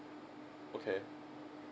okay